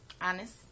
honest